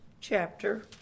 chapter